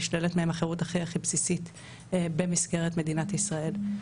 נשללת מהן החירות הכי הכי בסיסית במסגרת מדינת ישראל.